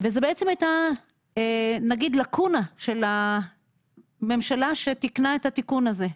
וזו בעצם הייתה נגיד לאקונה של הממשלה שתיקנה את התיקון הזה,